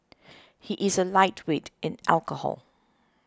he is a lightweight in alcohol